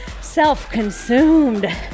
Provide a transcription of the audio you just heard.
self-consumed